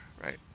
right